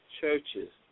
churches